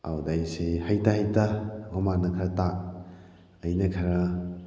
ꯑꯗꯨꯗ ꯑꯩꯁꯤ ꯍꯩꯇꯥ ꯍꯩꯇꯥ ꯑꯩꯈꯣꯏ ꯃꯥꯅ ꯈꯔ ꯇꯥꯛ ꯑꯩꯅ ꯈꯔ